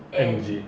angie